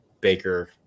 Baker